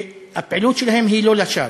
שהפעילות שלהם היא לא לשווא.